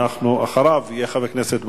ואחריו יהיה חבר הכנסת ברכה,